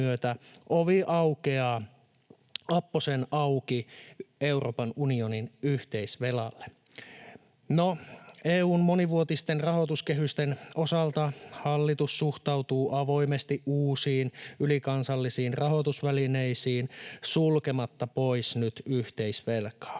ovi aukeaa apposen auki Euroopan unionin yhteisvelalle. No, EU:n monivuotisten rahoituskehysten osalta hallitus suhtautuu avoimesti uusiin ylikansallisiin rahoitusvälineisiin sulkematta nyt pois yhteisvelkaa.